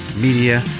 Media